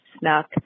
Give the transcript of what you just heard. snuck